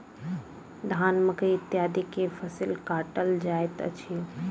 धान, मकई इत्यादि के फसिल काटल जाइत अछि